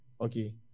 okay